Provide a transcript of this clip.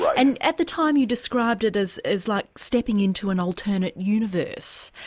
and at the time you described it as as like stepping into an alternate universe.